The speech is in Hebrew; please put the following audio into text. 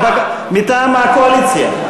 מטעם הקואליציה.